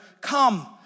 come